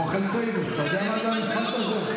מויחל טויבעס, אתה יודע מה המשפט הזה?